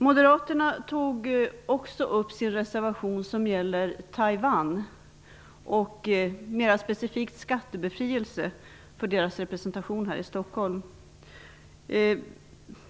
Moderaterna tog också upp sin reservation som gäller Taiwan, mera specifikt skattebefrielse för Taiwans representation i Stockholm.